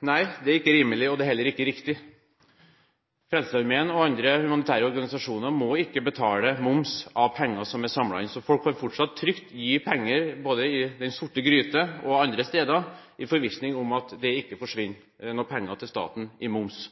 Nei, det er ikke rimelig, og det er heller ikke riktig. Frelsesarmeen og andre humanitære organisasjoner må ikke betale moms av penger som er samlet inn, så folk kan fortsatt trygt gi penger både i den sorte gryte og andre steder, i forvissning om at det ikke forsvinner noen penger til staten i moms.